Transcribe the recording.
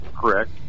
correct